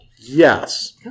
Yes